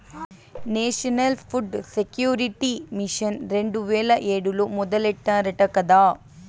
national food security mission రెండు వేల ఏడులో మొదలెట్టారట కదా